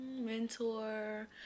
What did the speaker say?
Mentor